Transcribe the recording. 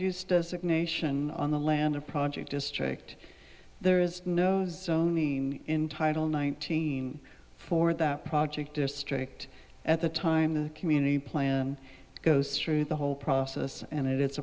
designation on the land of project district there is no zoning in title nineteen for that project district at the time the community plan goes through the whole process and it